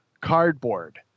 cardboard